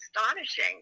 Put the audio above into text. astonishing